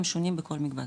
הם שונים בכל מקבץ,